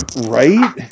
Right